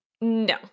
No